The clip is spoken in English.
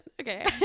okay